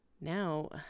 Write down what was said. Now